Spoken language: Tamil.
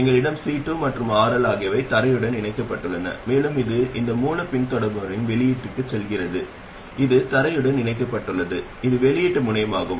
எங்களிடம் C 2 மற்றும் RL ஆகியவை தரையுடன் இணைக்கப்பட்டுள்ளன மேலும் இது இந்த மூலப் பின்தொடர்பவரின் வெளியீட்டிற்குச் செல்கிறது இது தரையுடன் இணைக்கப்பட்டுள்ளது இது வெளியீட்டு முனையமாகும்